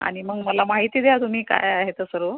आणि मग मला माहिती द्या तुम्ही काय आहे ते सर्व